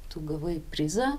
tu gavai prizą